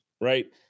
right